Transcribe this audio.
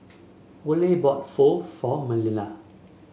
Oley bought Pho for Manilla